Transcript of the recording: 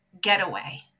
getaway